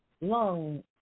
Lung